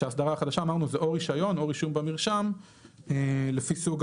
כשהאסדרה החדשה אמרנו שזה או רישיון או רישום במרשם לפי סוג